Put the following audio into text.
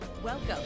Welcome